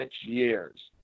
years